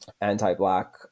anti-black